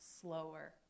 slower